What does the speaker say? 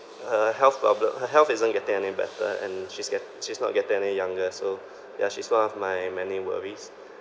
her health problem her health isn't getting any better and she's get~ she's not getting any younger so ya she's one of my many worries